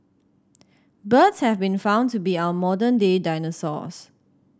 birds have been found to be our modern day dinosaurs